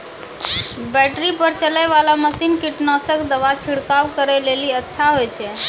Battery पर चलै वाला मसीन कीटनासक दवा छिड़काव करै लेली अच्छा होय छै?